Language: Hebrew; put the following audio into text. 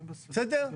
בסדר?